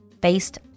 based